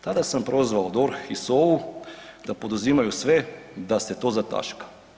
Tada sam prozvao DORH i SOA-u da poduzimaju sve da se to zataška.